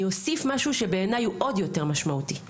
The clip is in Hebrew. אני אוסיף משהו שבעיניי הוא עוד יותר משמעותי.